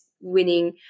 winning